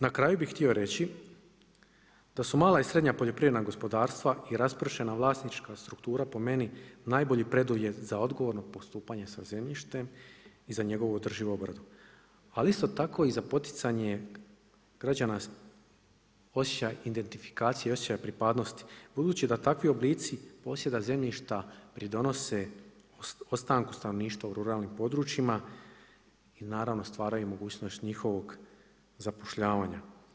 Na kraju bi htio reći da su mala i srednja poljoprivredna gospodarstva i raspršena vlasnička struktura po meni najbolji preduvjet za odgovorno postupanje sa zemljištem i za njegovu održivu obradu, ali isto tako i za poticanje građana osjećaja identifikacije i osjećaja pripadnosti budući da takvi oblici posjeda zemljišta pridonose ostanku stanovništva u ruralnim područjima i stvaraju mogućnost njihovog zapošljavanja.